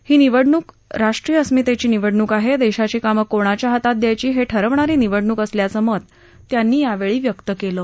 ही निवडणूक राष्ट्रीय अस्मितीी निवडणूक आहा उपाची कामं कोणाच्या हातात द्यायची हठिवणारी निवडणूक असल्याचक्ति त्यांनी यावसी व्यक्त कलि